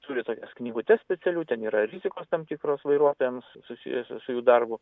turi tokias knygutes specialių ten yra rizikos tam tikros vairuotojams susijusios su jų darbu